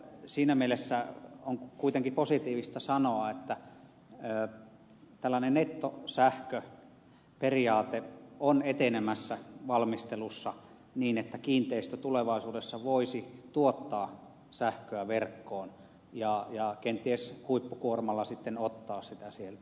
siinä mielessä on kuitenkin positiivista sanoa että tällainen nettosähköperiaate on etenemässä valmistelussa niin että kiinteistö tulevaisuudessa voisi tuottaa sähköä verkkoon ja kenties huippukuormalla ottaa sitä sieltä